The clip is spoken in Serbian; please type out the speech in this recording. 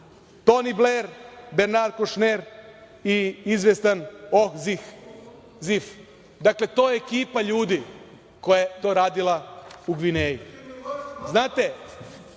Toni Bler, Bernard Kušner i izvesni Ol Zip, dakle to je ekipa ljudi koja je to radila u Gvineji. Znate,